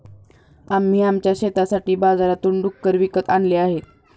आम्ही आमच्या शेतासाठी बाजारातून डुक्कर विकत आणले आहेत